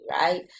Right